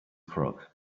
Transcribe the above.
crook